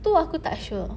itu aku tak sure